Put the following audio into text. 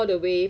no